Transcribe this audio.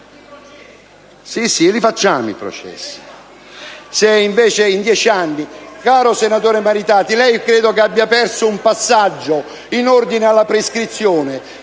Sì, li facciamo i processi.